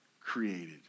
created